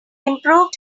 improved